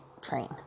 train